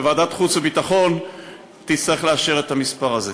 וועדת החוץ והביטחון תצטרך לאשר את המספר הזה.